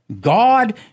God